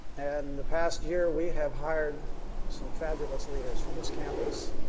and the past year we have hired some fabulous leaders for this campus.